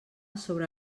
sobre